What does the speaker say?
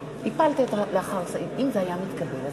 עם קולות החיילים?